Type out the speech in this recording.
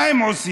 מה הם עושים?